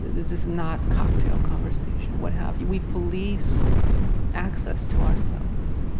is is not cocktail conversation, what have you. we police access to ourselves.